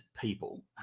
people